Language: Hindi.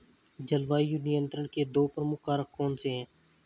जलवायु नियंत्रण के दो प्रमुख कारक कौन से हैं?